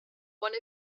one